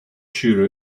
sure